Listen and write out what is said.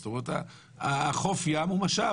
זאת אומרת, חוף הים הוא משאב.